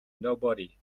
nobody